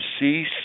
cease